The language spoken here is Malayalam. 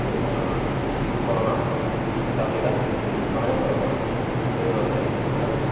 പിന്നെ കുറവാണ് സാധ്യത വളരെ കുറവാണ് എന്താണെന്നു പറഞ്ഞാല് അവർ